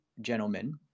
gentlemen